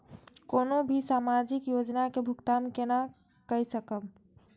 कोनो भी सामाजिक योजना के भुगतान केना कई सकब?